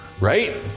Right